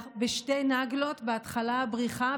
בשתי נגלות: בהתחלה בריחה,